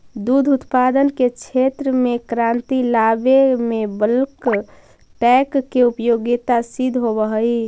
दुध उत्पादन के क्षेत्र में क्रांति लावे में बल्क टैंक के उपयोगिता सिद्ध होवऽ हई